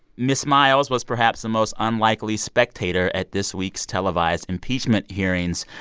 ms. myles was perhaps the most unlikely spectator at this week's televised impeachment hearings.